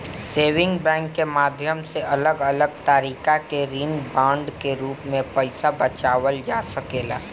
saving bank के माध्यम से अलग अलग तरीका के ऋण बांड के रूप में पईसा बचावल जा सकेला